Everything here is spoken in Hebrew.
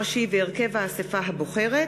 דחיית מועד התשלום בשל חוב המדינה),